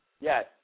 Yes